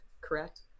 correct